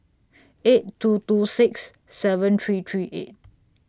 eight two two six seven three three eight